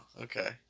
okay